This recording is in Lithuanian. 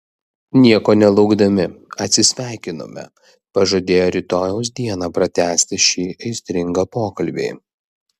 nieko nelaukdami atsisveikinome pažadėję rytojaus dieną pratęsti šį aistringą pokalbį